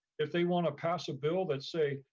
if they wanna pass a bill that say,